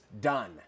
done